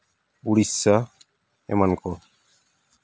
ᱩᱲᱤᱥᱥᱟ ᱮᱢᱟᱱ ᱠᱚ